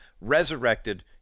resurrected